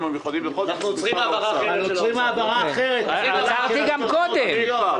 המיוחדים --- אנחנו עוצרים העברה אחרת של משרד האוצר.